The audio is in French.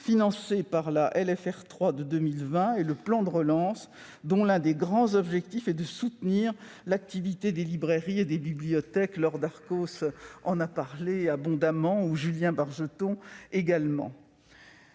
financé par la LFR 3 de 2020 et le plan de relance, dont l'un des grands objectifs est de soutenir l'activité des librairies et des bibliothèques. Laure Darcos et Julien Bargeton en